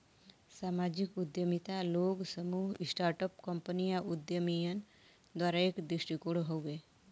सामाजिक उद्यमिता लोग, समूह, स्टार्ट अप कंपनी या उद्यमियन द्वारा एक दृष्टिकोण हउवे